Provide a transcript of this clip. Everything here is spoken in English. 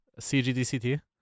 CGDCT